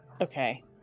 okay